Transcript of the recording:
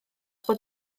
bod